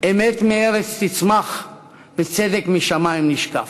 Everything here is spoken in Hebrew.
אמת מארץ תצמח וצדק משמים נשקף".